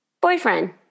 Boyfriend